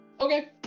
okay